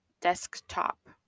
desktop